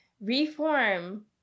reform